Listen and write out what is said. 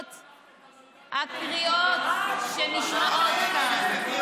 הקריאות שנשמעות כאן,